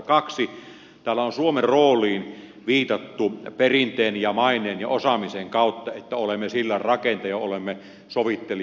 täällä on suomen rooliin viitattu perinteen ja maineen ja osaamisen kautta että olemme sillanrakentaja olemme sovittelija